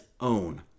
own